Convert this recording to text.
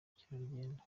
bukerarugendo